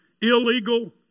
illegal